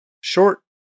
short